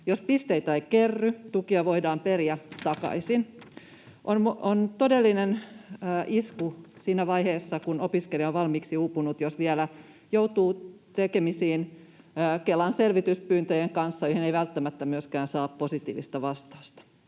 Jos pisteitä ei kerry, tukia voidaan periä takaisin. On todellinen isku siinä vaiheessa, kun opiskelija on valmiiksi uupunut, jos vielä joutuu tekemisiin Kelan selvityspyyntöjen kanssa, joihin ei välttämättä myöskään saa positiivista vastausta.